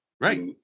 right